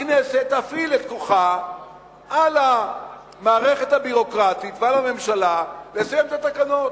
הכנסת תפעיל את כוחה על המערכת הביורוקרטית ועל הממשלה לסיים את התקנות.